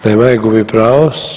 Nema je, gubi pravo.